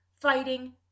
fighting